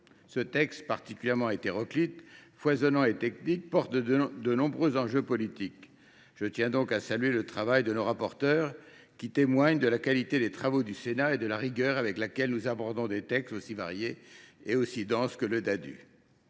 Ce texte particulièrement hétéroclite, foisonnant et technique comporte de nombreux enjeux politiques. Je tiens donc à saluer le travail de nos rapporteurs, qui témoigne de la qualité des travaux du Sénat et de la rigueur avec laquelle nous abordons des textes aussi variés et denses que les Ddadue.